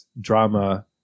drama